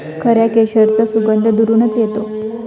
खऱ्या केशराचा सुगंध दुरूनच येतो